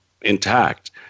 intact